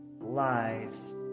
lives